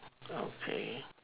okay